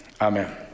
Amen